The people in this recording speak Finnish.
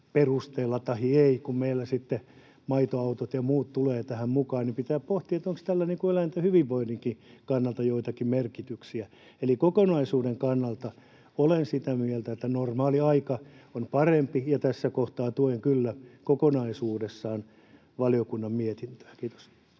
perusteella. Kun meillä sitten maitoautot ja muut tulevat tähän mukaan, niin pitää pohtia, onko tällä eläinten hyvinvoinninkin kannalta joitakin merkityksiä. Eli kokonaisuuden kannalta olen sitä mieltä, että normaaliaika on parempi, ja tässä kohtaa tuen kyllä kokonaisuudessaan valiokunnan mietintöä. — Kiitos.